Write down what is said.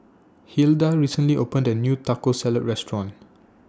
Hilda recently opened A New Taco Salad Restaurant